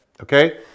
Okay